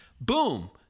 Boom